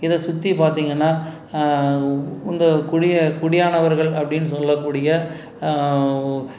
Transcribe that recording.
இதை சுற்றி பார்த்தீங்கன்னா இந்த குடிய குடியானவர்கள் அப்படின்னு சொல்லக்கூடிய